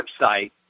website